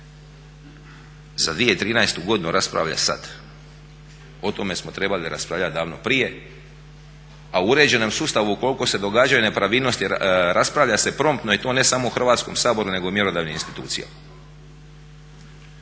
za 2013.godinu raspravlja sad, o tome smo trebali raspravljati davno prije. A u uređenom sustavu koliko se događaju nepravilnosti raspravlja se promptno i to ne smo u Hrvatskom saboru nego i u mjerodavnim institucijama.